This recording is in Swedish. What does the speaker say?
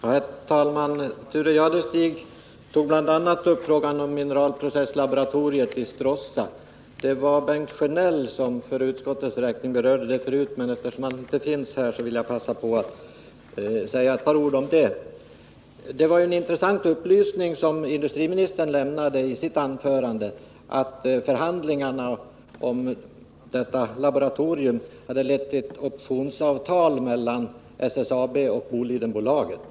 Herr talman! Thure Jadestig tog bl.a. upp frågan om mineralprocesslaboratoriet i Stråssa. Det var Bengt Sjönell som tidigare för utskottets räkning berörde den frågan, men eftersom han inte finns i kammaren just nu skall jag replikera Thure Jadestig på den punkten. Industriministern lämnade en intressant upplysning i sitt anförande, nämligen att förhandlingarna om detta laboratorium hade lett till ett optionsavtal mellan SSAB och Boliden AB.